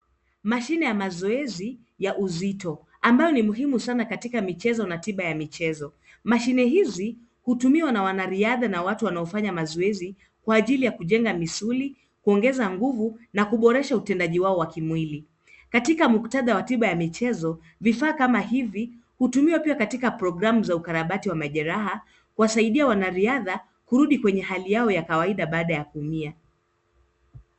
Mashine ya mazoezi ya uzito ambayo ni muhumu sana katika mazoezi na tiba ya michezo. Mashine hizi hutumiwa na wanariadha na watu wanaofanya mazoezi kwa ajili ya misuli, kuongeza nguvu na kuboresha utendaji wao wa kimwili. Katika muktadha wa tiba ya michezo vifaa kama hivi hutumiwa pia katika programu za ukarabati wa majeraha kuwasaidia wanariadha kurudi kwenye hali yao ya kawaida baada ya kuumia.